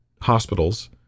hospitals